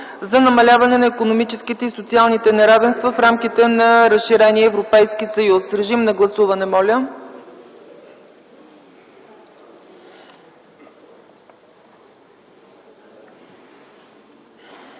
за намаляване на икономическите и социалните неравенства в рамките на разширения Европейския съюз. Моля, гласувайте.